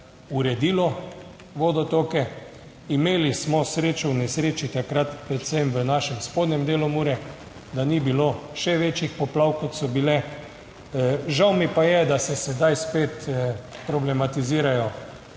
vodotoke, imeli smo srečo v nesreči takrat predvsem v našem spodnjem delu Mure, da ni bilo še večjih poplav, kot so bile. Žal mi pa je, da se sedaj spet problematizirajo